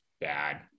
bad